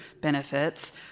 benefits